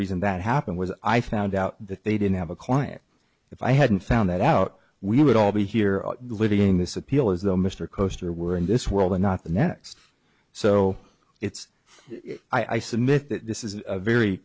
reason that happened was i found out that they didn't have a client if i hadn't found that out we would all be here living this appeal as though mr coaster were in this world and not the next so it's i submit that this is a very